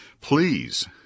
Please